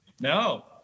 No